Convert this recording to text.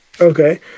Okay